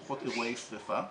דוחות אירועי שריפה,